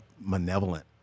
malevolent